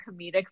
comedic